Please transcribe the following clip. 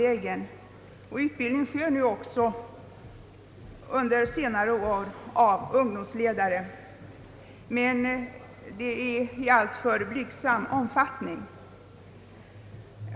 Även om det under senare år har skett en viss utbildning av ungdomsledare har utbildningen varit av alltför blygsam omfattning.